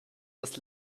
was